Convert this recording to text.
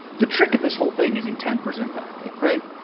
the trick of this whole thing is intent versus impact, yeah right?